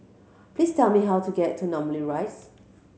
please tell me how to get to Namly Rise